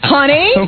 Honey